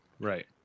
Right